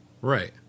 Right